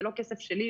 זה לא כסף שלי.